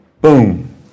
Boom